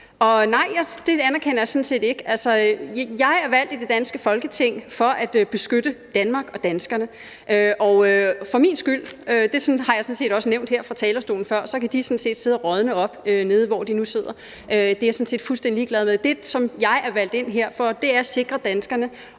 nej, det anerkender jeg sådan set ikke – altså, jeg er valgt til det danske Folketing for at beskytte Danmark og danskerne, og for min skyld, og det har jeg sådan set også nævnt her fra talerstolen før, så kan de sådan set sidde og rådne op nede, hvor de nu sidder. Det er jeg sådan set fuldstændig ligeglad med. Det, som jeg er valgt ind her for, er at sikre danskerne,